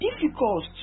difficult